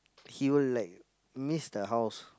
he will like miss the house